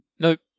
Nope